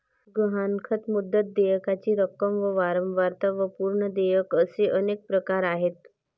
गहाणखत, मुदत, देयकाची रक्कम व वारंवारता व पूर्व देयक असे अनेक प्रकार आहेत